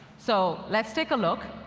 so let's take a look.